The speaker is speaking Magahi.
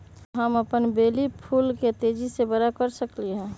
हम अपन बेली फुल के तेज़ी से बरा कईसे करी?